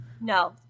No